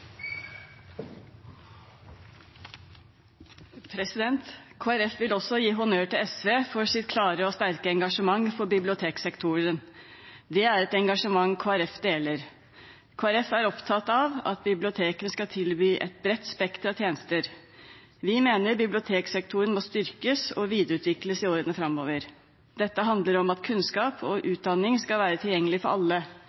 vil også gi honnør til SV for deres klare og sterke engasjement for biblioteksektoren. Det er et engasjement Kristelig Folkeparti deler. Kristelig Folkeparti er opptatt av at bibliotekene skal tilby et bredt spekter av tjenester. Vi mener biblioteksektoren må styrkes og videreutvikles i årene framover. Dette handler om at kunnskap og utdanning skal være tilgjengelig for alle,